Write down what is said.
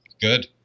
Good